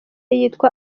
yitwa